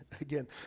Again